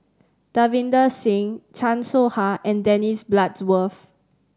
Davinder Singh Chan Soh Ha and Dennis Bloodworth